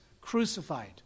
crucified